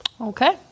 Okay